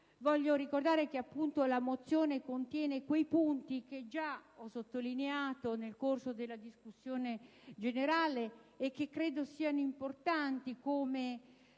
voglio ricordare che la stessa contiene quei punti che già ho sottolineato nel corso della discussione generale e che credo siano importanti, come